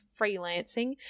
freelancing